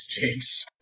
James